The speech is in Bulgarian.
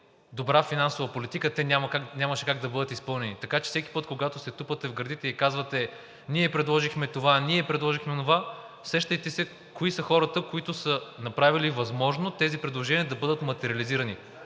добра финансова политика, те нямаше как да бъдат изпълнени. Така че всеки път, когато се тупате в гърдите и казвате: ние предложихме това, ние предложихме онова, сещайте се кои са хората, които са направили възможно тези предложения да бъдат материализирани,